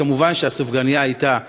מובן שהסופגנייה הייתה,